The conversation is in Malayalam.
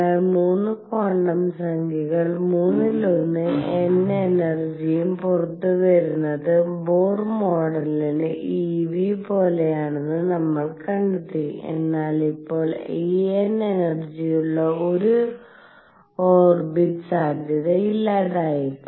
അതിനാൽ 3 ക്വാണ്ടം സംഖ്യകൾ മൂന്നിലൊന്ന് n എനർജിം പുറത്തുവരുന്നത് ബോർ മോഡൽ e v പോലെയാണെന്ന് നമ്മൾ കണ്ടെത്തി എന്നാൽ ഇപ്പോൾ En എനർജിയുള്ള ഒരു ഓർബിറ്റ് സാധ്യത ഇല്ലാതായി